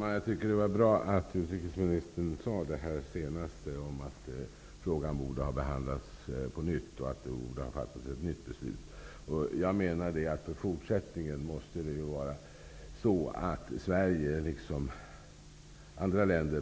Herr talman! Det var bra att utrikesministern sade det senaste om att frågan borde ha behandlats på nytt och att det borde ha fattats ett nytt beslut. Jag menar att Sverige och andra länder i fortsättningen